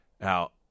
Now